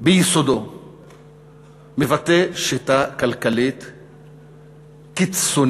ביסודו מבטא שיטה כלכלית קיצונית,